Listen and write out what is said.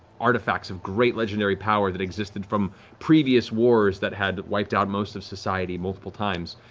artifacts of great legendary power that existed from previous wars that had wiped out most of society multiple times.